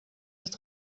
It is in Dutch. het